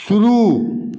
शुरू